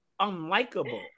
unlikable